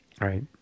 Right